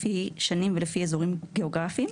לפי שנים ולפי אזורים גיאוגרפים,